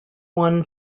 won